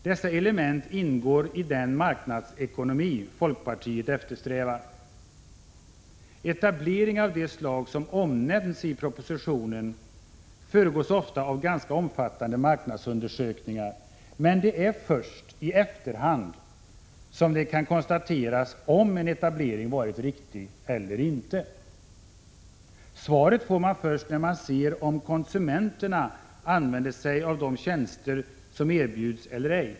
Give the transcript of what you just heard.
Dessa element ingår i den marknadsekonomi som folkpartiet eftersträvar. Etableringar av det slag som omnämns i propositionen föregås ofta av ganska omfattande marknadsundersökningar, men det är först i efterhand som det kan konstateras om en etablering har varit riktig eller ej. Svaret får man först när man ser om konsumenterna använder sig av de tjänster som erbjuds eller ej.